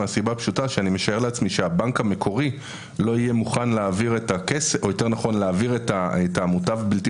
מהסיבה הפשוטה שאני משער שהבנק המקורי לא יהיה מוכן להעביר את המוטב הבלתי